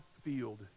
field